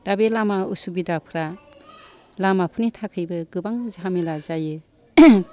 दा बे लामा उसुबिदाफ्रा लामाफोरनि थाखायबो गोबां जहामेला जायो